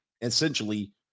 Essentially